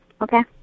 Okay